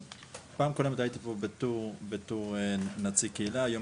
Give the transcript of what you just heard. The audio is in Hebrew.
פעם קודמת הייתי פה בתור נציג קהילה היום